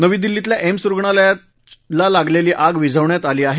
नवी दिल्लीतल्या एम्स रुग्णालयातला लागलेली आग विझवण्यात आली आहे